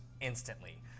instantly